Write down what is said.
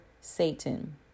Satan